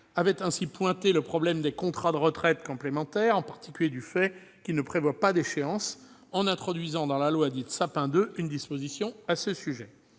avait ainsi pointé le problème des contrats de retraite complémentaire, tenant en particulier au fait qu'ils ne prévoient pas d'échéance, en introduisant dans la loi dite « Sapin II » une disposition à ce sujet.